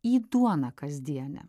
į duoną kasdienę